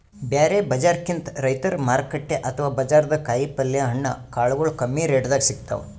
ಬ್ಯಾರೆ ಬಜಾರ್ಕಿಂತ್ ರೈತರ್ ಮಾರುಕಟ್ಟೆ ಅಥವಾ ಬಜಾರ್ದಾಗ ಕಾಯಿಪಲ್ಯ ಹಣ್ಣ ಕಾಳಗೊಳು ಕಮ್ಮಿ ರೆಟೆದಾಗ್ ಸಿಗ್ತಾವ್